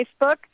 Facebook